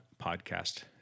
podcast